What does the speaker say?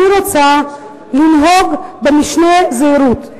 אני רוצה לנהוג במשנה זהירות.